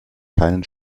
keinen